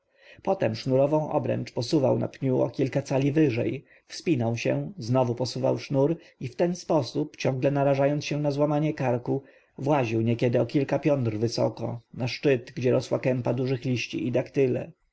potem sznurową obręcz posuwał na pniu o kilka cali wyżej wspinał się znowu posuwał sznur i w ten sposób ciągle narażając się na złamanie karku właził niekiedy o parę piętr wysoko na szczyt gdzie rosła kępa dużych liści i daktyle